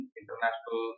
international